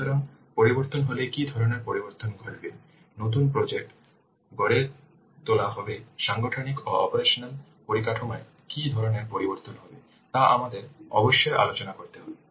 সুতরাং পরিবর্তন হলে কী ধরণের পরিবর্তন ঘটবে নতুন প্রজেক্ট গড়ে তোলা হবে সাংগঠনিক ও অপারেশনাল পরিকাঠামোয় কী ধরনের পরিবর্তন হবে তা আমাদের অবশ্যই আলোচনা করতে হবে